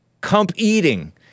Comp-Eating